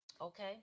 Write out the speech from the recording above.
okay